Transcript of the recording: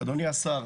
אדוני השר,